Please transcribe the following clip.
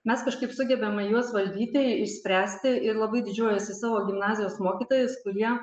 mes kažkaip sugebame juos valdyti išspręsti ir labai didžiuojuosi savo gimnazijos mokytojas kurie